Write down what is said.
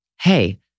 hey